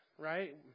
right